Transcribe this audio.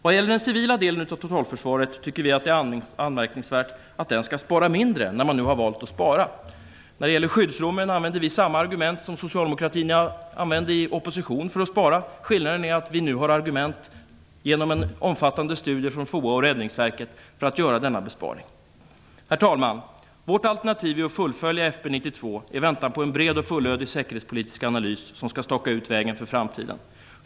Vi tycker att det är anmärkningsvärt att den civila delen av totalförsvaret skall spara mindre, när man nu har valt att spara. När det gäller skyddsrummen använder vi samma argument för att spara som socialdemokraterna använde i opposition. Skillnaden är att vi nu har argument för att göra dessa besparingar genom en omfattande studie från FOA och Räddningsverket. Vårt alternativ, herr talman, är att fullfölja FB 92 i väntan på en bred och fullödig säkerhetspolitisk analys som skall staka ut vägen för framtiden.